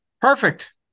perfect